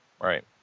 Right